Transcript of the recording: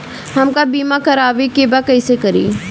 हमका बीमा करावे के बा कईसे करी?